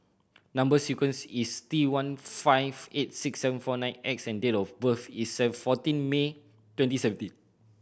number sequence is T one five eight six seven four nine X and date of birth is seven fourteen May twenty seventeen